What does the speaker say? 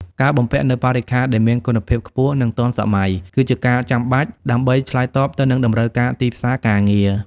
ការបំពាក់នូវបរិក្ខារដែលមានគុណភាពខ្ពស់និងទាន់សម័យគឺជាការចាំបាច់ដើម្បីឆ្លើយតបទៅនឹងតម្រូវការទីផ្សារការងារ។